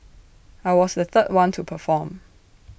I was the third one to perform